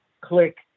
click